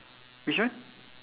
which one